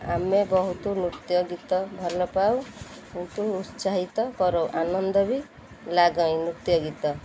ଆମେ ବହୁତ ନୃତ୍ୟ ଗୀତ ଭଲ ପାଉ କିନ୍ତୁ ଉତ୍ସାହିତ କରୁ ଆନନ୍ଦ ବି ଲାଗଇଁ ନୃତ୍ୟ ଗୀତ